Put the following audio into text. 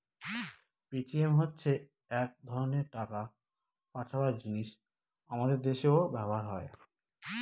Paytm হচ্ছে এক ধরনের টাকা পাঠাবার জিনিস আমাদের দেশেও ব্যবহার হয়